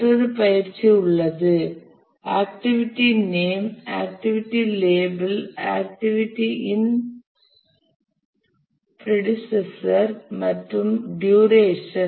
மற்றொரு பயிற்சி உள்ளது activity name activity label activity இன் பிரீடெஸஸர் மற்றும் டுரேஷன்